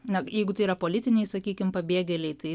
na jeigu tai yra politiniai sakykim pabėgėliai tai